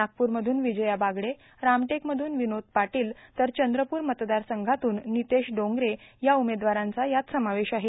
नागपूरमधून विजया बागडे रामटेकमधून विनोद पाटील तर चंद्रपूर मतदारसंघातून नितेश डेांगरे या उमेदवारांचा यात समावेश आहे